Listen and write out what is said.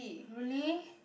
really